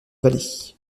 vallée